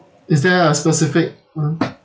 is there a specific uh